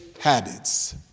habits